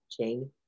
Jane